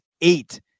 eight